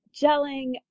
gelling